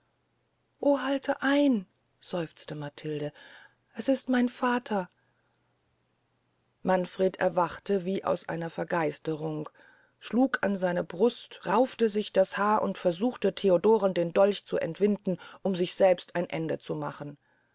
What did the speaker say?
o halt ein seufzte matilde es ist mein vater manfred erwachte wie aus einer vergeisterung schlug an seine brust raufte sich das haar und versuchte theodoren den dolch zu entwinden um sich selbst ein ende zu machen